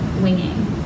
winging